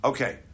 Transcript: Okay